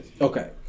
okay